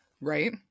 Right